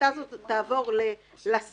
ההחלטה הזאת תעבור לסולקים.